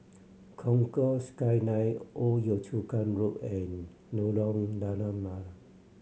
Concourse Skyline Old Yio Chu Kang Road and Lorong Lada Merah